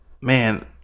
Man